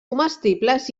comestibles